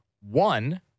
One